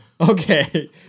Okay